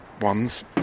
ones